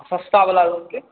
सस्ता बला रूम के